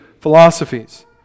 philosophies